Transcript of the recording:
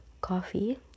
Coffee